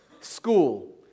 School